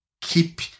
keep